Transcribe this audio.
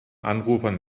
anrufern